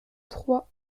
trois